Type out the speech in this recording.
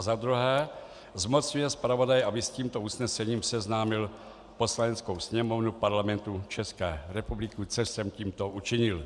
Za druhé zmocňuje zpravodaje, aby s tímto usnesením seznámil Poslaneckou sněmovnu Parlamentu České republiky, což jsem tímto učinil.